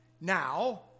Now